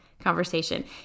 conversation